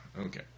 Okay